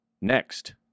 Next